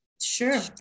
Sure